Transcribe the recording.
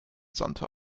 santa